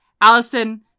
Allison